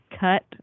cut